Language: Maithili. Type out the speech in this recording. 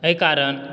एहि कारण